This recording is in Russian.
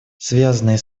связанные